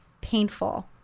painful